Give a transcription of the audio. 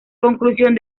conclusión